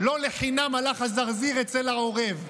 לא לחינם הלך הזרזיר אצל העורב,